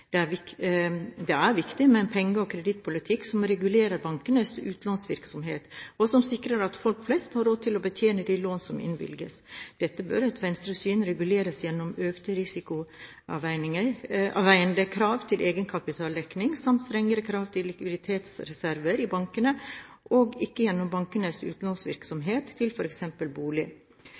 penge- og kredittmarkedet? Det er viktig med en penge- og kredittpolitikk som regulerer bankenes utlånsvirksomhet, og som sikrer at folk flest har råd til å betjene de lån som innvilges. Dette bør etter Venstres syn reguleres gjennom økte risikoavveide krav til egenkapitaldekning samt strengere krav til likviditetsreserver i bankene, og ikke gjennom bankenes utlånsvirksomhet til f.eks. bolig.